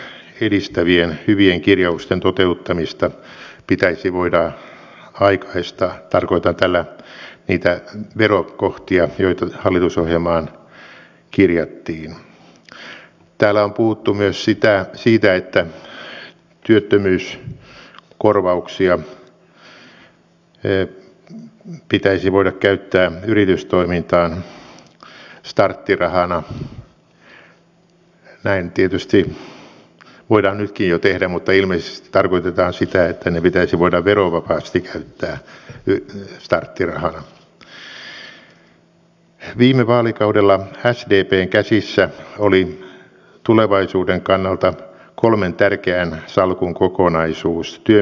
lähisuhdeväkivalta on vaiettu aihe se on tabu se on oikeastaan yksi pahimmista ihmisoikeusrikkomuksista loukkauksista mitä voi olla kohdistuu se mieheen naiseen minkä ikäiseen ihmiseen tahansa mutta se voi olla niin moninaista niin raadollista ja jättää niin pysyvät jäljet että niiden korjaaminen voi olla äärettömän vaikeaa ja jos me emme siihen tartu vakavasti